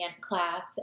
class